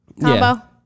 combo